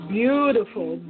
beautiful